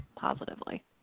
positively